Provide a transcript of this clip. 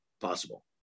possible